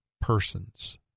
persons